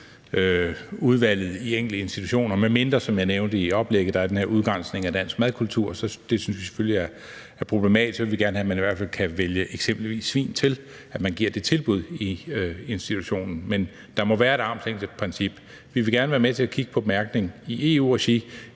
udvalget i enkelte institutioner, medmindre, som jeg nævnte i oplægget, at der er den her udgrænsning af dansk madkultur. Det synes vi selvfølgelig er problematisk. Så vil vi gerne have, at man kan vælge eksempelvis svin til, altså at man giver det tilbud i institutionen. Men der må være et armslængdeprincip. Vi vil gerne være med til at kigge på mærkning i EU-regi.